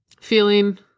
Feeling